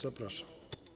Zapraszam.